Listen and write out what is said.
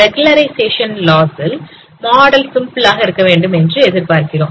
regularisation loss ல் model சிம்பிளாக இருக்க வேண்டும் என்று எதிர்பார்க்கிறோம்